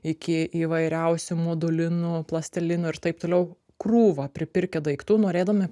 iki įvairiausių modulinų plastelinų ir taip toliau krūvą pripirkę daiktų norėdami